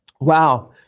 Wow